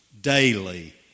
daily